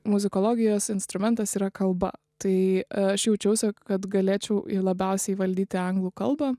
muzikologijos instrumentas yra kalba tai aš jaučiausi kad galėčiau į labiausiai įvaldyti anglų kalbą